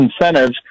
incentives